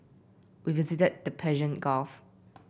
we visited the Persian Gulf